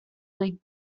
league